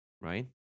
right